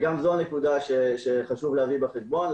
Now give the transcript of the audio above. גם זו נקודה שחשוב להביא בחשבון.